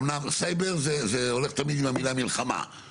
אמנם סייבר זה הולך תמיד עם המילה מלחמה,